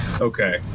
Okay